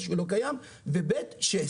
מה שלא קיים ודבר שני,